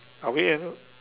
ah weekend